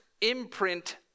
imprint